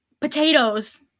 potatoes